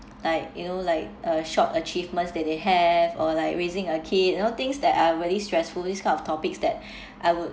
you know like uh short achievements that they have or like raising a kid you know things that are really stressful these kind of topics that I would